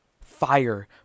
fire